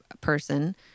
person